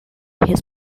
his